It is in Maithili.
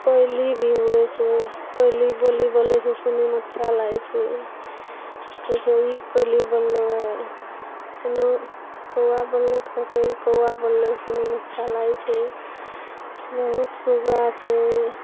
कोयली भी होइ छै कोयली बोली बोलै छै सुनैमे अच्छा लागै छै कहै छै ई कोयली बोललौया कोनो कौआ बोललै तऽ कहतै ई कौआ बोललै सुनैमे अच्छा लागै छै बहुत सूगा छै